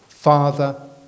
Father